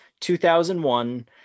2001